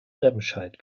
remscheid